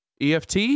EFT